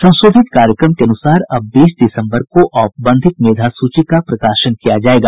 संशोधित कार्यक्रम के अनुसार अब बीस दिसम्बर को औपबंधिक मेधा सूची का प्रकाशन किया जायेगा